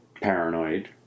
Paranoid